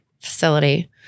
facility